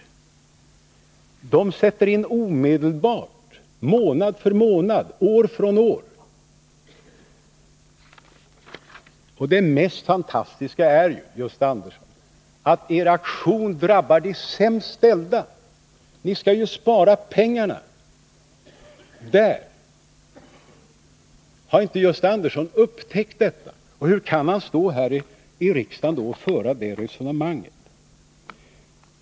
Försämringarna sätter in omedelbart och gör sig sedan gällande månad efter månad, år från år. Det som inträffar, Gösta Andersson, är att er aktion drabbar de sämst ställda — ni skall ju spara pengarna på ett sådant sätt. Har inte Gösta Andersson upptäckt detta? Och om han har gjort det, hur kan han då stå här i riksdagen och föra detta resonemang?